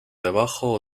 debajo